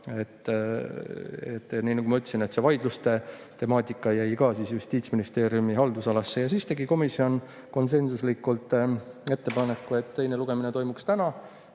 Nii nagu ma ütlesin, see vaidluste temaatika jäi Justiitsministeeriumi haldusalasse. Siis tegi komisjon konsensuslikult ettepaneku, et teine lugemine toimuks täna,